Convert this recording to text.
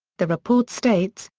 the report states,